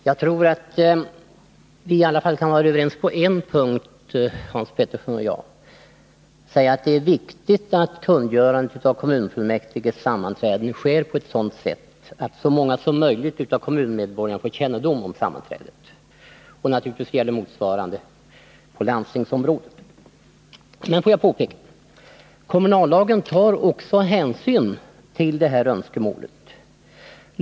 Herr talman! Jag tror att Hans Petersson i Hallstahammar och jag kan vara överens åtminstone på en punkt, nämligen om att det är viktigt att kungörandet av kommunalfullmäktiges sammanträden sker på ett sådant sätt att så många som möjligt av kommunmedborgarna får kännedom om sammanträdet. Naturligtvis gäller motsvarande på landstingsområdet. Jag vill emellertid påpeka följande. Kommunallagen tar också hänsyn till det här önskemålet.